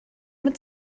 mit